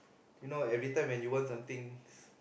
you know every time when you want something